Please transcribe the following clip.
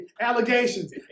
allegations